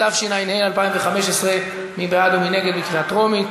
התשע"ה 2015. מי בעד ומי נגד, בקריאה טרומית?